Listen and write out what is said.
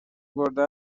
برده